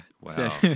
Wow